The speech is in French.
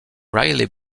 riley